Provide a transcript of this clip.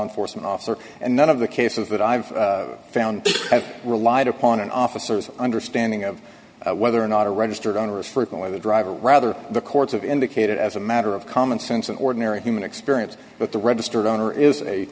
enforcement officer and none of the cases that i've found have relied upon an officer's understanding of whether or not a registered owner is for going to drive or rather the courts of indicated as a matter of common sense and ordinary human experience but the registered owner is a